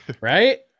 right